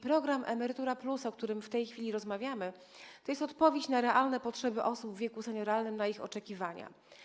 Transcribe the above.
Program „Emerytura+”, o którym w tej chwili rozmawiamy, to jest odpowiedź na realne potrzeby osób w wieku senioralnym, na ich oczekiwania.